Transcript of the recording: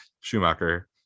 Schumacher